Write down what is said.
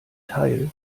teil